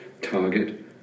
target